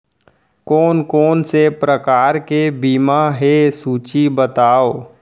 कोन कोन से प्रकार के बीमा हे सूची बतावव?